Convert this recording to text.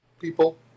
People